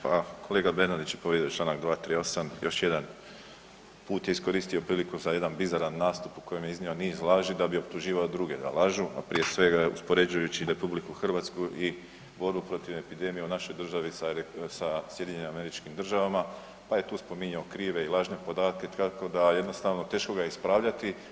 Pa kolega Bernardić je povrijedio čl. 238. još jedan put je iskoristio priliku za jedan bizaran nastup u kojem je iznio niz laži da bi optuživao druge da lažu, a prije svega uspoređujući i RH i borbu protiv epidemije u našoj državi sa SAD-om, pa je tu spominjao krive i lažne podatke, tako da jednostavno teško ga je ispravljati.